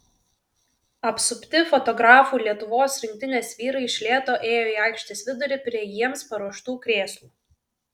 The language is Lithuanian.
apsupti fotografų lietuvos rinktinės vyrai iš lėto ėjo į aikštės vidurį prie jiems paruoštų krėslų